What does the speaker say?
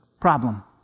problem